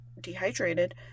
dehydrated